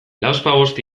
lauzpabost